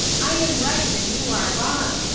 i am right and you are wrong.